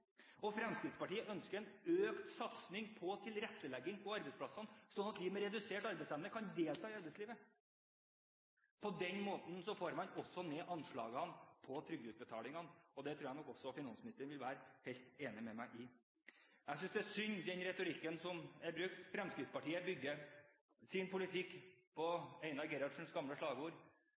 Og Fremskrittspartiet ønsker en økt satsing på tilrettelegging på arbeidsplassene, slik at de med redusert arbeidsevne kan delta i arbeidslivet. På den måten får man ned anslagene på trygdeutbetalingene, og det tror jeg nok også finansministeren vil være helt enig med meg i. Jeg synes det er synd med den retorikken som er brukt. Fremskrittspartiet bygger sin politikk på Einar Gerhardsens gamle slagord: